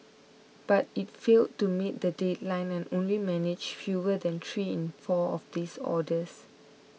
but it failed to meet the deadline and only managed fewer than three in four of these orders